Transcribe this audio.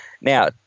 Now